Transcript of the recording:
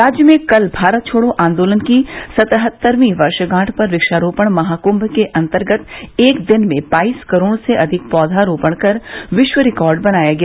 राज्य में कल भारत छोड़ो आन्दोलन की सतहत्तरवीं वर्षगांठ पर वक्षारोपण महाकुंभ के अन्तर्गत एक दिन में बाईस करोड़ से अधिक पौधे रोपण कर विश्व रिकार्ड बनाया गया